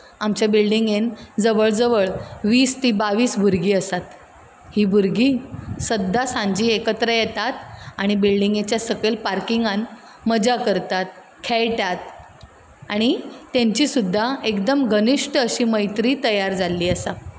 आमच्या बिल्डिंगेंत जवळ जवळ वीस ते बावीस भुरगीं आसात हीं भुरगीं सद्दां सांजची एकत्र येतात आनी बिल्डिंगेच्या पार्किंगांत मज्जा करतात खेळटात आनी तेंची सुद्दां एकदम घनीश्ट अशी मैत्री तयार जाल्ली आसा